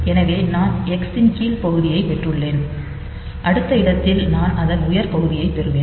இங்கே நான் எக்ஸ் ன் கீழ் பகுதியைப் பெற்றுள்ளேன் அடுத்த இடத்தில் நான் அதன் உயர் பகுதியைப் பெறுவேன்